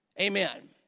Amen